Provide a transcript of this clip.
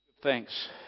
thanks